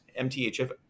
MTHF